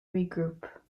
regroup